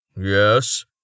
yes